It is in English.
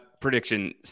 prediction